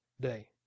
day